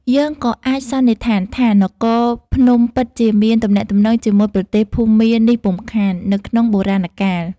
យើងក៏អាចសន្និដ្ឋានថា នគរភ្នំពិតជាមានទំនាក់ទំនងជាមួយ ប្រទេសភូមានេះពុំខាន នៅក្នុង បុរាណកាល។